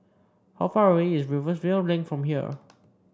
how far away is Rivervale Link from here